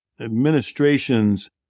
administration's